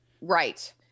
Right